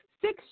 six